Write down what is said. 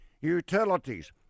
Utilities